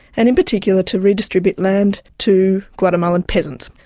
and in particular to redistribute land to guatemalan peasants.